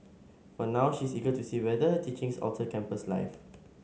for now she is eager to see whether her teachings alter campus life